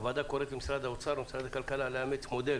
הוועדה קוראת למשרד האוצר ומשרד הכלכלה לאמץ מודל